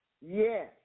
Yes